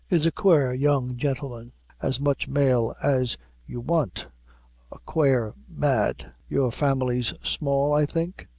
is a quare young gintleman as much male as you want a quare, mad your family's small, i think?